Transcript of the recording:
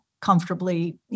comfortably